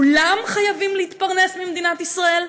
כולם חייבים להתפרנס ממדינת ישראל?